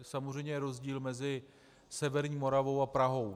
Samozřejmě je rozdíl mezi severní Moravou a Prahou.